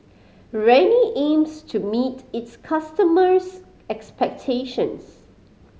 Rene aims to meet its customers' expectations